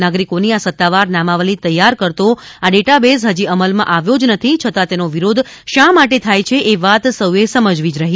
નાગરિકોની આ સત્તાવાર નામાવલી તૈયાર કરતો આ ડેટાબેસ હજી અમલ માં આવ્યો જ નથી છતાં તેનો વિરોધ શા માટે થાય છે એ વાત સૌ એ સમજવી જ રહી